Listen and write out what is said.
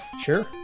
sure